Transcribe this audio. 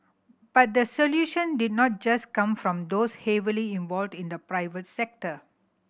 but the solution did not just come from those heavily involved in the private sector